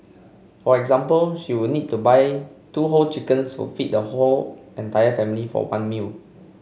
for example she would need to buy two whole chickens for feed the whole entire family for one meal